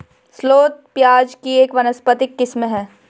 shallot प्याज़ की एक वानस्पतिक किस्म है